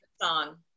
song